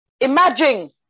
imagine